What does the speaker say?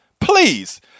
Please